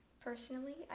Personally